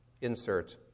insert